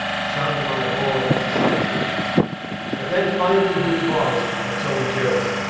shunn'd my abhorr'd society but then, finding who twas that so endur'd,